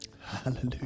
Hallelujah